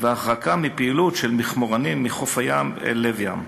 והרחקה מפעילות של מכמורנים מחוף הים אל לב ים,